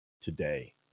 today